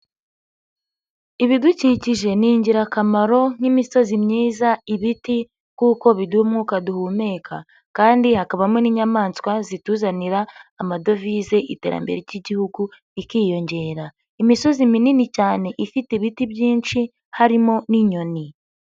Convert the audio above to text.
Ibidukikije ni ingirakamaro nk'imisozi myiza ibiti kuko biduha umwuka duhumeka kandi hakabamo n'inyamaswa zituzanira amadovize iterambere ry'igihugu rikiyongera. Imisozi minini cyane ifite ibiti byinshi harimo n'inyoni.